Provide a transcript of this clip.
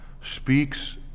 speaks